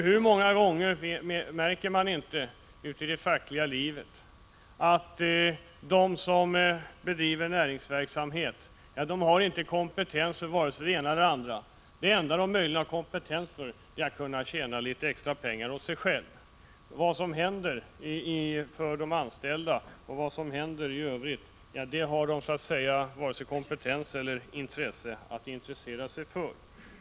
Hur många gånger märker man inte ute i det fackliga livet att de som bedriver näringsverksamhet inte har kompetens för vare sig det ena eller det andra. Det enda de möjligen har kompetens för är att tjäna litet extra pengar åt sig själva. Vad som händer för de anställda och vad som händer i övrigt har de varken kompetens eller intresse för att ägna sig åt.